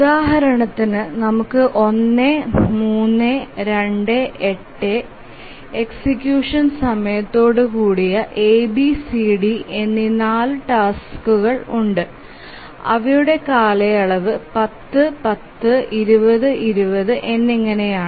ഉദാഹരണത്തിന് നമുക്ക് 1 3 2 8 എക്സിക്യൂഷൻ സമയത്തോടുകൂടിയ A B C D എന്നീ 4 ടാസ്ക്കുകൾ ഉണ്ട് അവയുടെ കാലയളവ് 10 10 20 20 എന്നിങ്ങനെയാണ്